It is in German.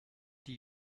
die